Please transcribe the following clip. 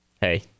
Hey